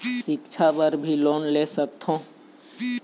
सिक्छा बर भी लोन ले सकथों?